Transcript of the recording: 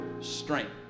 strength